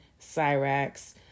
Cyrax